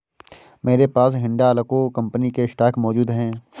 मेरे पास हिंडालको कंपनी के स्टॉक मौजूद है